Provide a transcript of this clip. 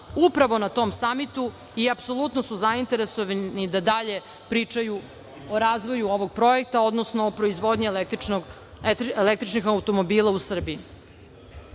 upravo na tom samitu i apsolutno su zainteresovani da dalje pričaju o razvoju ovog projekta, odnosno o proizvodnji električnih automobila u Srbiji. Tema